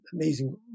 amazing